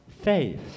Faith